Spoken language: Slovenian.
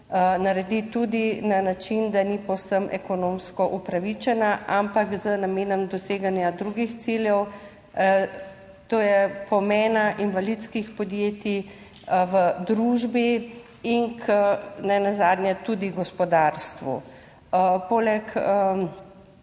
naredi tudi na način, da ni povsem ekonomsko upravičena, ampak z namenom doseganja drugih ciljev. To je pomena invalidskih podjetij v družbi in k nenazadnje tudi gospodarstvu. Poleg